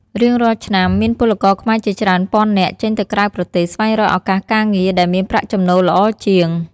រៀងរាល់ឆ្នាំ មានពលករខ្មែរជាច្រើនពាន់នាក់ចេញទៅក្រៅប្រទេសស្វែងរកឱកាសការងារដែលមានប្រាក់ចំណូលល្អជាង។